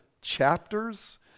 chapters